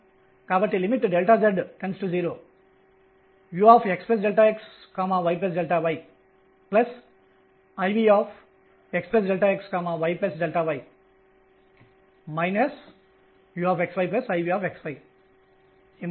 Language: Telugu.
కాబట్టి మొదటి కండిషన్ pdϕ nh నుండి Ln లభిస్తుంది